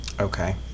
Okay